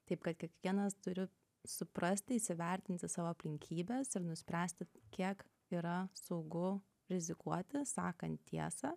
taip kad kiekvienas turi suprasti įsivertinti savo aplinkybes ir nuspręsti kiek yra saugu rizikuoti sakant tiesą